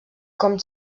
com